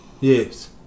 Yes